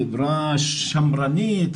חברה שמרנית,